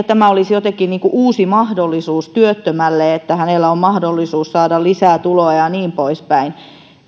tämä olisi jotenkin uusi mahdollisuus työttömälle että hänellä on mahdollisuus saada lisää tuloja ja niin poispäin